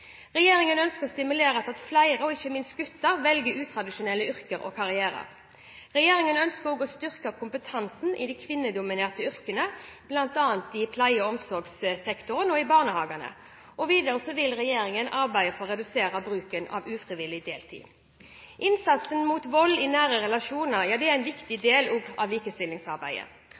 Regjeringen ønsker å stimulere til at flere, ikke minst gutter, velger utradisjonelle yrker og karrierer. Regjeringen ønsker også å styrke kompetansen i de kvinnedominerte yrkene, bl.a. i pleie- og omsorgssektoren og i barnehagene. Videre vil regjeringen arbeide for å redusere bruken av ufrivillig deltid. Innsatsen mot vold i nære relasjoner er også en viktig del av likestillingsarbeidet.